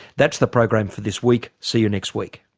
that's the program for this week, see you next week